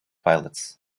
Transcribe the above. pilots